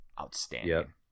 outstanding